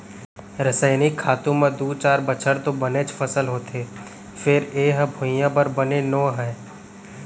रसइनिक खातू म दू चार बछर तो बनेच फसल होथे फेर ए ह भुइयाँ बर बने नो हय